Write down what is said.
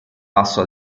basso